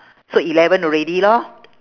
so eleven already lor